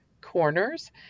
corners